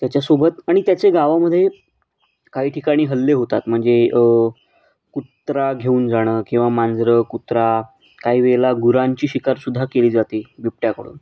त्याच्यासोबत आणि त्याचे गावामध्ये काही ठिकाणी हल्ले होतात म्हणजे कुत्रा घेऊन जाणं किंवा मांजरं कुत्रा काही वेळेला गुरांची शिकार सुद्धा केली जाते बिबट्याकडून